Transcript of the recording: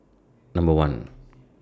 Number one